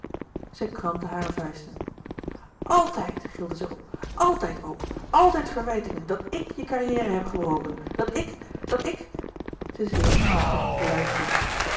zij krampte hare vuisten altijd gilde zij op altijd ook altijd verwijtingen dat ik je carrière heb gebroken dat ik dat ik zij zenuwsnikte luid op